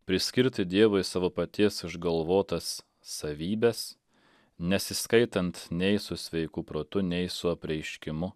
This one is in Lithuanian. priskirti dievui savo paties išgalvotas savybes nesiskaitant nei su sveiku protu nei su apreiškimu